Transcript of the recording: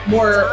More